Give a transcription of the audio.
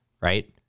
right